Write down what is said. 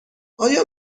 آیا